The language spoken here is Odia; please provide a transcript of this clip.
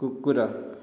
କୁକୁର